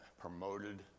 promoted